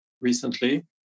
recently